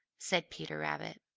said peter rabbit,